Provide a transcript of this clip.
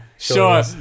Sure